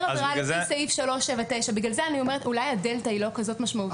עבירה לפי סעיף 379. לכן אני אומרת שאולי הדלתא היא לא כזאת משמעותית.